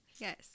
Yes